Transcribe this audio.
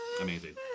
Amazing